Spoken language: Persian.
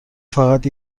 فقط